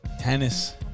Tennis